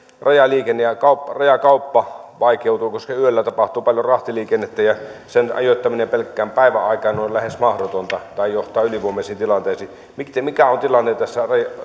rajaliikenne ja rajakauppa vaikeutuvat koska yöllä tapahtuu paljon rahtiliikennettä ja sen ajoittaminen pelkkään päiväaikaan on lähes mahdotonta tai johtaa ylivoimaisiin tilanteisiin mikä on tilanne tässä